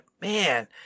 man